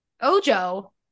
Ojo